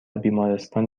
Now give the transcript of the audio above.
بیمارستان